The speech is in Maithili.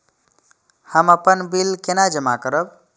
हम अपन बिल केना जमा करब?